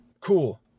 Cool